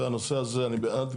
והנושא הזה אני בעד,